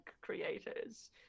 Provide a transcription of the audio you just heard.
creators